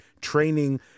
training